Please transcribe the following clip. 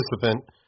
participant –